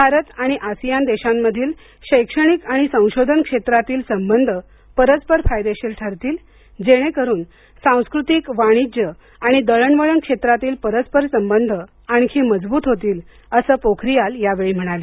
भारत आणि आसियान देशांमधील शैक्षणिक आणि संशोधन क्षेत्रातील संबंध परस्पर फायदेशीर ठरतील जेणेकरून सांस्कृतिक वाणिज्य आणि दळणवळण क्षेत्रातील परस्पर संबंध आणखी मजबूत होतील असं पोखरीयाल यांनी यावेळी म्हणाले